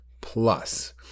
Plus